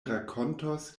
rakontos